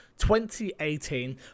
2018